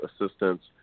assistance